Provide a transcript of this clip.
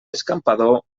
escampador